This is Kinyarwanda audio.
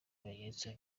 ibimenyetso